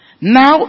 Now